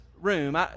room